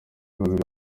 babiri